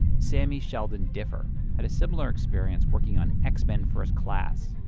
sammy sheldon-differ had a similar experience working on x-men first class.